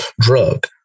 drug